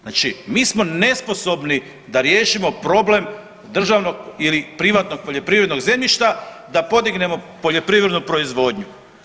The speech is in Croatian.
Znači mi smo nesposobni da riješimo problem državnog ili privatnog poljoprivrednog zemljišta da podignemo poljoprivrednu proizvodnju.